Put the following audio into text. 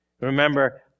Remember